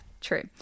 true